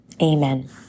amen